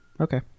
Okay